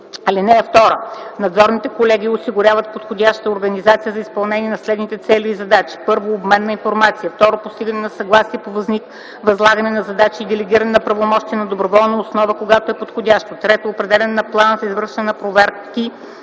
съюз. (2) Надзорните колегии осигуряват подходяща организация за изпълнение на следните цели и задачи: 1. обмен на информация; 2. постигане на съгласие по възлагане на задачи и делегиране на правомощия на доброволна основа, когато е подходящо; 3. определяне на план за извършване на проверки,